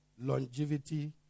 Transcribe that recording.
longevity